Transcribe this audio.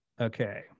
okay